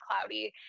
cloudy